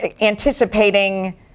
anticipating